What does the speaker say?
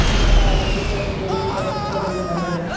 एमे तहार डेबिट अउर क्रेडित कार्ड के सब जानकारी होला